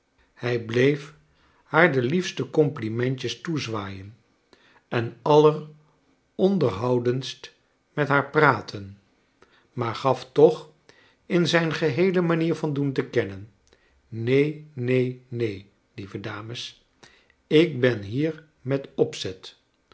hij bleef haar de liefste complimentjes toezwaaien en alleronderhoudenst met haar praten maar gaf toch in zijn geheele manier van doen te kennen neen neen neen lieve dames ik ben hier met opzet